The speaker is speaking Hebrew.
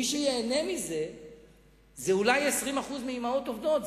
מי שייהנו מזה הן אולי 20% מהאמהות העובדות,